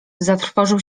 zatrwożył